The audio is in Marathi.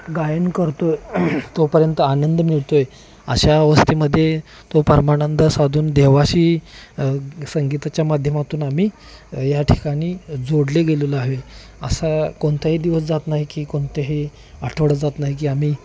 गायन करतो आहे तोपर्यंत आनंद मिळतो आहे अशा वस्तीमध्ये तो परमानंद साधून देवाशी संगीताच्या माध्यमातून आम्ही या ठिकाणी जोडले गेलेलो आहे असा कोणताही दिवस जात नाही की कोणतेही आठवडा जात नाही की आम्ही